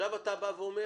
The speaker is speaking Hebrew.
עכשיו אתה בא ואומר